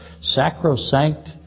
sacrosanct